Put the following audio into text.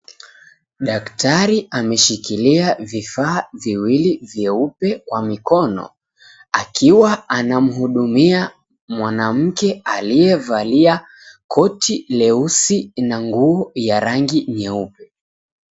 Daktari ameshikilia vifaa viwili vyeupe kwa mikono akiwa anamuhudumia mwanamke aliyevalia koti leusi na nguo ya rangi nyeupe.